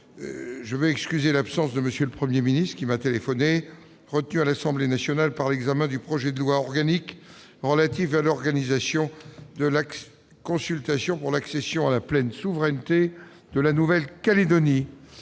Je veux excuser l'absence de M. le Premier ministre, qui m'a téléphoné : il est retenu à l'Assemblée nationale par l'examen du projet de loi organique relatif à l'organisation de la consultation sur l'accession à la pleine souveraineté de la Nouvelle-Calédonie.